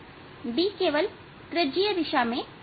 D केवल त्रिज्यीय दिशा में जाएगा